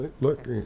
look